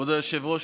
כבוד היושב-ראש,